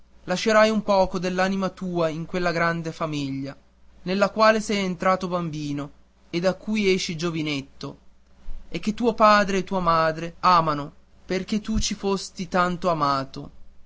lasciaci un poco dell'anima tua in quella grande famiglia nella quale sei entrato bambino e da cui esci giovinetto e che tuo padre e tua madre amano tanto perché tu ci fosti tanto amato